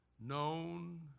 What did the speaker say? known